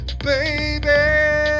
baby